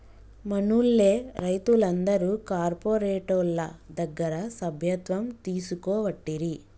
మనూళ్లె రైతులందరు కార్పోరేటోళ్ల దగ్గర సభ్యత్వం తీసుకోవట్టిరి